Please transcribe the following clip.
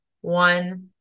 one